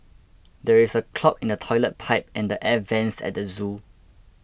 there is a clog in the Toilet Pipe and the Air Vents at the zoo